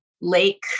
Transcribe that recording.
Lake